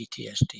PTSD